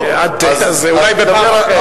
אז אולי בפעם אחרת.